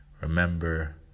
Remember